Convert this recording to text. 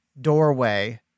doorway